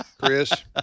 Chris